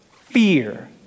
fear